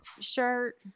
shirt